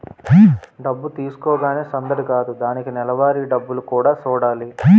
డబ్బు తీసుకోగానే సందడి కాదు దానికి నెలవారీ డబ్బులు కూడా సూడాలి